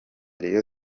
rayon